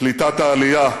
קליטת העלייה,